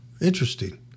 Interesting